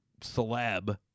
celeb